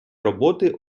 роботи